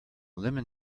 lemon